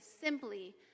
simply